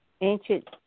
ancient